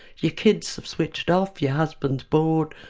your kids have switched off, your husband's bored,